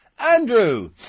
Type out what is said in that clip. Andrew